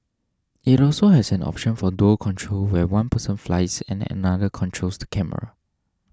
it also has an option for dual control where one person flies and another controls the camera